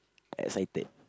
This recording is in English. excited